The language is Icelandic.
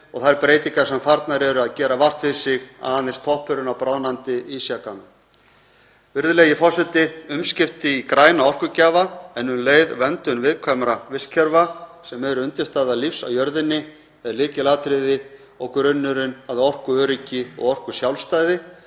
og þær breytingar sem farnar eru að gera vart við sig eru aðeins toppurinn á bráðnandi ísjakanum. Virðulegi forseti. Umskipti í græna orkugjafa, en um leið verndun viðkvæmra vistkerfa sem eru undirstaða lífs á jörðinni, eru lykilatriði og grunnurinn að orkuöryggi og orkusjálfstæði